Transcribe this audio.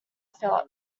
philip